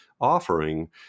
offering